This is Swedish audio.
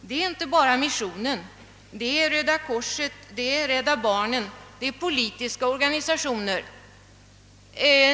Det är inte bara missionen jag då tänker på, utan också på Röda korset, Rädda barnen och olika politiska organisationer.